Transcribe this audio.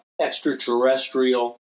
extraterrestrial